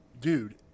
dude